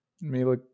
Mila